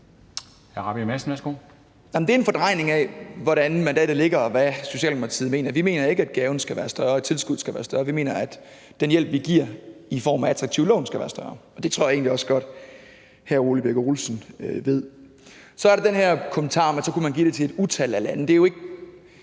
er en fordrejning af, hvordan mandatet ligger, og hvad Socialdemokratiet mener. Vi mener ikke, at gaven skal være større eller tilskuddet skal være større. Vi mener, at den hjælp, vi giver, i form af attraktive lån, skal være større. Det tror jeg egentlig også godt hr. Ole Birk Olesen ved. Så er der den her kommentar om, at så kunne man give det til et utal af lande.